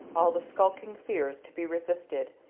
all the skulking fears to be resisted,